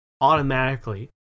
automatically